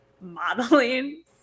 modeling